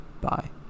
Bye